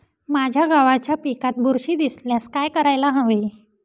माझ्या गव्हाच्या पिकात बुरशी दिसल्यास काय करायला हवे?